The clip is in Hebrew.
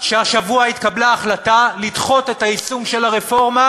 שהשבוע התקבלה החלטה לדחות את היישום של הרפורמה